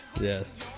Yes